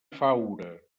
faura